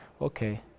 Okay